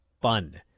fun